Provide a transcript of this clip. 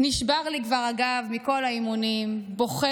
נשבר לי כבר הגב מכל האימונים / בוכה